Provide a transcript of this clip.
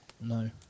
No